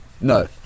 No